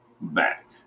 back